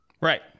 right